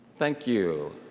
thank you.